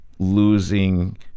Losing